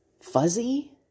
fuzzy